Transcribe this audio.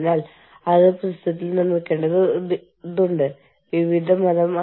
അന്താരാഷ്ട്ര തൊഴിൽ ബന്ധങ്ങളുടെയും സംഘടനകളുടെയും പരിണാമം